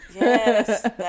Yes